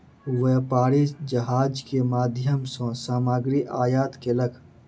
व्यापारी जहाज के माध्यम सॅ सामग्री आयात केलक